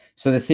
so,